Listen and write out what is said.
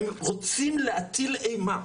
הם רוצים להטיל אימה,